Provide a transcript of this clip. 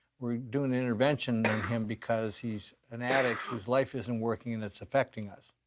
we're doin' an intervention on him because he's an addict whose life isn't working, and it's affecting us.